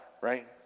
right